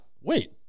Wait